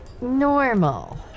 Normal